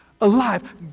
alive